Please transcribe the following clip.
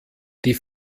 die